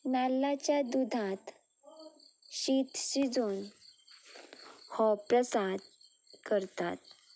नाल्लाच्या दुदांत शीत शिजोवन हो प्रसाद करतात